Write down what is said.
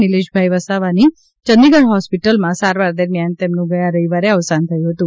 નિલેશભાઈ વસાવાની ચંદીગઢ હોસ્પિટલમાં સારવાર દરમિયાન તેમનું ગયા રવિવારે અવસાન થયું હતું